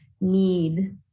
need